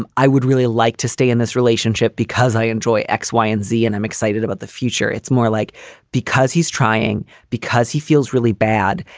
i would really like to stay in this relationship because i enjoy x, y and z and i'm excited about the future. it's more like because. he's trying because he feels really bad.